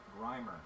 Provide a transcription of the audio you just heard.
Grimer